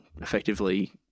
effectively